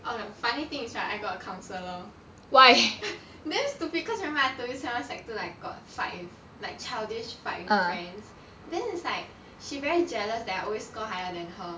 um funny thing is right I got a counsellor damn stupid cause remember I told you sec one sec two like got fight with like childish fight with friends then is like she very jealous that I always score higher than her